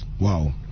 Wow